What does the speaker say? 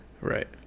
Right